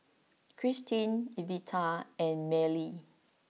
Kristine Evita and Mellie